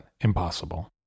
impossible